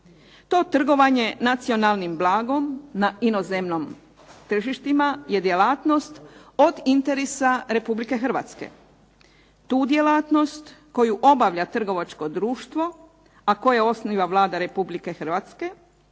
To trgovanje nacionalnim blagom, na inozemnom tržištima, je djelatnost od interesa Republike Hrvatske. Tu djelatnost koju obavlja trgovačko društvo, a koje osniva Vlada Republike Hrvatske,